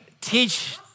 teach